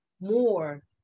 more